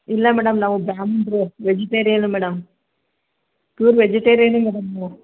ಇಲ್ಲ ಮೇಡಮ್ ನಾವು ಬ್ರಾಹ್ಮಣ್ರು vegetarian madam pure vegetarian madam ನಾವು